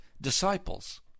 disciples